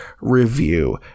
review